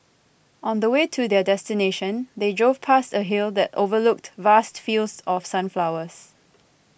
on the way to their destination they drove past a hill that overlooked vast fields of sunflowers